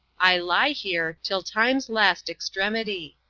i lye here till times last extremity.